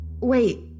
Wait